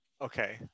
Okay